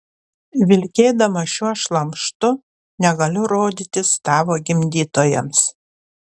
vilkėdama šiuo šlamštu negaliu rodytis tavo gimdytojams